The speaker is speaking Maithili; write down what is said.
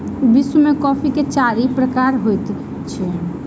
विश्व में कॉफ़ी के चारि प्रकार होइत अछि